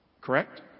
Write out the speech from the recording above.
Correct